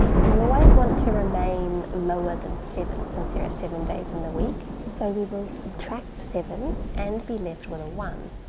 we always want to remain lower than seven since there are seven days in the week, so we will subtract seven and be left with a one.